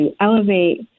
elevate